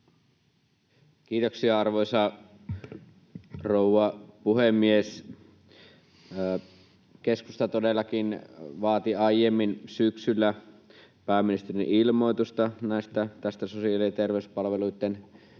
Kiitoksia, arvoisa rouva puhemies! Keskusta todellakin vaati aiemmin syksyllä pääministerin ilmoitusta tästä sosiaali- ja terveyspalveluitten tilanteesta,